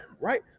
Right